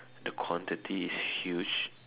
the quantity is huge